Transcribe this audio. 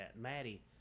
Maddie